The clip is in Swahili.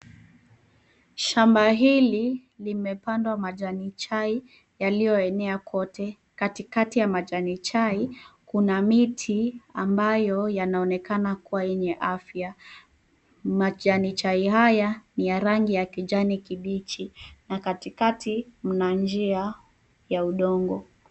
Shamba hili limepandwa majani chai yaliyoenea kote. Katikati ya majani chai kuna miti ambayo yanaonekana kuwa yenye afya. Majani chai haya ni ya rangi ya kijani kibichi na katikati mna njia ya udongo.